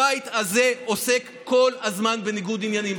הבית הזה עוסק כל הזמן בניגוד עניינים,